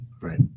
Right